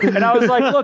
and i was like, so